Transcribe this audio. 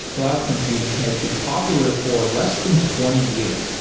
cloud computing has been popular for less than twenty years.